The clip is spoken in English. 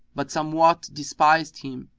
but somewhat despised him,